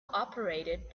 operated